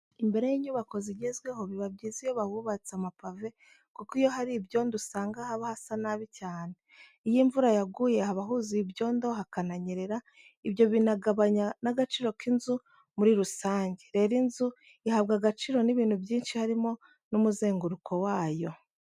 Imbere y'inyubako zigezweho biba byiza iyo bahubatse amapave kuko iyo hari ibyondo usanga haba hasa nabi cyane. Iyo imvura yaguye haba huzuye ibyondo hakananyerera, ibyo binagabanya n'agaciro k'inzu muri rusange. Rero inzu ihabwa agaciro n'ibintu byinshi harimo n'umuzenguruko wayo.